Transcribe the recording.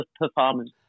performance